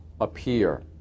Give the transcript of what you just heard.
appear